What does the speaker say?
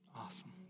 Awesome